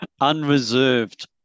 Unreserved